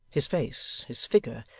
his face, his figure,